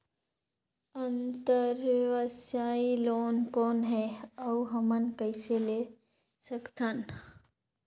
अंतरव्यवसायी लोन कौन हे? अउ हमन कइसे ले सकथन?